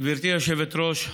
גברתי היושבת-ראש,